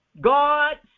God